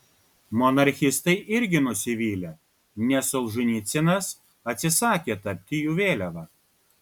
monarchistai irgi nusivylę nes solženicynas atsisakė tapti jų vėliava